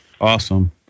Awesome